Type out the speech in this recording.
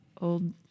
old